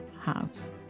house